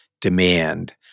demand